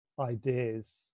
ideas